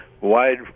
wide